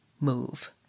move